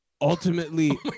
Ultimately